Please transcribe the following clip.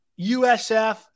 USF